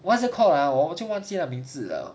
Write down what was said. what is it called !huh! 我已经忘记他的名字了